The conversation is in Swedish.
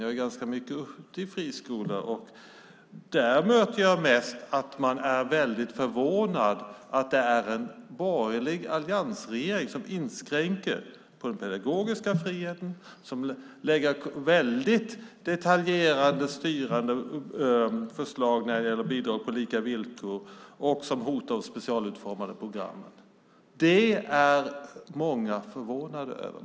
Jag är ganska mycket ute på friskolor, och där möter jag mest att man är väldigt förvånad över att det är en borgerlig alliansregering som inskränker den pedagogiska friheten och lägger fram väldigt detaljerade och styrande förslag när det gäller bidrag på lika villkor och som hotar de specialutformade programmen. Det är många förvånade över.